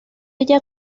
ella